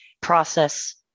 process